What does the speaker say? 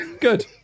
Good